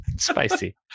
spicy